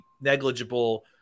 negligible